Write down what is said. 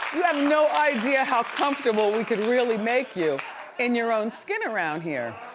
you have no idea how comfortable we could really make you in your own skin around here.